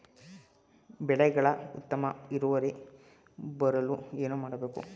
ಬೆಳೆಗಳ ಉತ್ತಮ ಇಳುವರಿ ಬರಲು ಏನು ಮಾಡಬೇಕು?